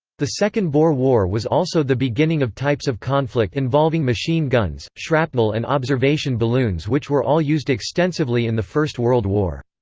the second boer war was also the beginning beginning of types of conflict involving machine guns, shrapnel and observation balloons which were all used extensively in the first world war.